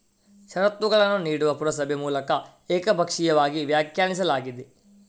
ಷರತ್ತುಗಳನ್ನು ನೀಡುವ ಪುರಸಭೆ ಮೂಲಕ ಏಕಪಕ್ಷೀಯವಾಗಿ ವ್ಯಾಖ್ಯಾನಿಸಲಾಗಿದೆ